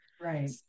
Right